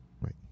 right